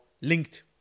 linked